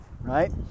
right